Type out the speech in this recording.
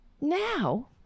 now